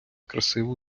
красиву